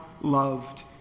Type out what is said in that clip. loved